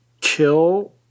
kill